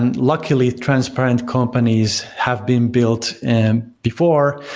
and luckily, transparent companies have been built and before,